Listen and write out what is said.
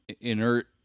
inert